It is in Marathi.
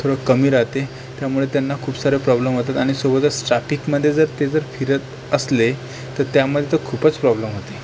थोडं कमी राहते त्यामुळे त्यांना खूप साऱ्या प्रॉब्लम होतात आणि सोबतच ट्रॅफिकमध्ये जर ते जर फिरत असले तर त्यामध्ये तर खूपच प्रॉब्लम होते